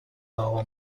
our